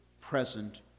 present